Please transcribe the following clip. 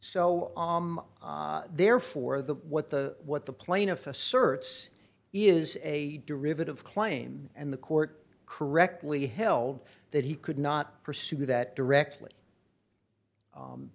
so therefore the what the what the plaintiff asserts is a derivative claim and the court correctly held that he could not pursue that directly